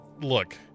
look